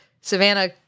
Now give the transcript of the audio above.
Savannah